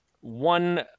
One